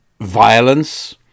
violence